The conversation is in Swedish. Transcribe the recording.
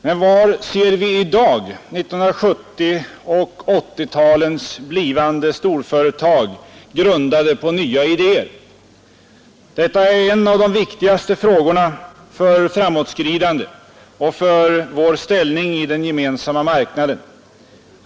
Men var ser vi i dag 1970 och 80-talens blivande storföretag grundade på nya idéer. Detta är en av nisk utveckling nisk utveckling de viktigaste frågorna för framåtskridande och för vår ställning i den gemensamma marknaden.